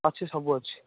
ଅଛି ସବୁ ଅଛି